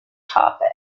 topic